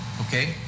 Okay